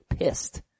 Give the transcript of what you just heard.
pissed